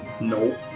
Nope